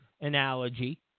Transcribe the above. analogy